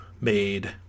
made